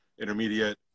intermediate